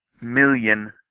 million